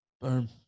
boom